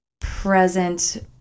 present